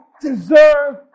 deserve